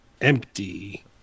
empty